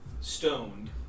stoned